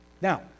Now